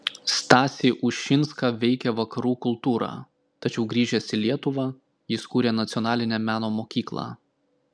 stasį ušinską veikė vakarų kultūra tačiau grįžęs į lietuvą jis kūrė nacionalinę meno mokyklą